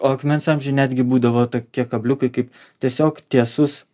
o akmens amžiuj netgi būdavo tokie kabliukai kaip tiesiog tiesus